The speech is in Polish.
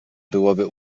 byłoby